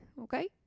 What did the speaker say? Okay